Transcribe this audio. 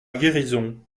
guérison